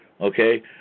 okay